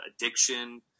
addiction